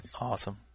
Awesome